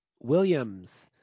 Williams